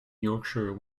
yorkshire